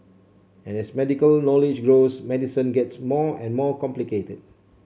and as medical knowledge grows medicine gets more and more complicated